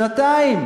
שנתיים